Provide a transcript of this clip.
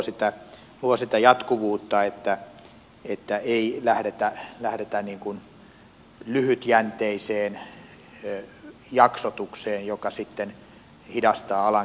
tämä luo sitä jatkuvuutta että ei lähdetä lyhytjänteiseen jaksotukseen joka sitten hidastaa alan kehittymistä